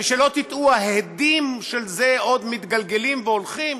ושלא תטעו, ההדים של זה עוד מתגלגלים והולכים,